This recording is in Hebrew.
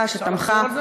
זכות.